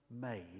made